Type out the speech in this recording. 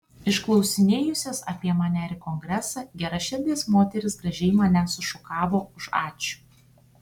išklausinėjusios apie mane ir kongresą geraširdės moterys gražiai mane sušukavo už ačiū